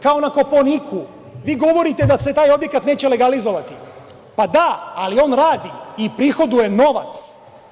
Kao na Kopaoniku, vi govorite da se taj objekat neće legalizovati, pa da, ali on radi i prihoduje novac.